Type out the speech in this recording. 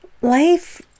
Life